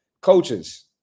coaches